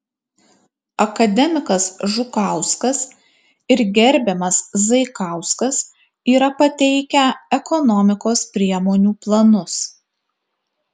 akademikas žukauskas ir gerbiamas zaikauskas yra pateikę ekonomikos priemonių planus